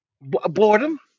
Boredom